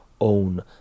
own